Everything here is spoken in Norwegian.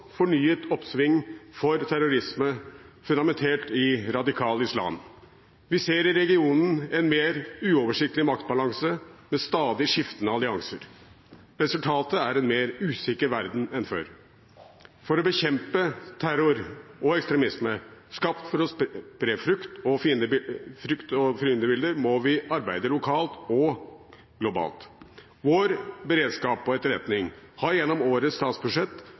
fornyet oppsving for terrorisme fundamentert i radikal islam. Vi ser i regionen en mer uoversiktlig maktbalanse med stadig skiftende allianser. Resultatet er en mer usikker verden enn før. For å bekjempe terror og ekstremisme skapt for å spre frykt og fiendebilder må vi arbeide lokalt og globalt. Vår beredskap og etterretning har gjennom årets statsbudsjett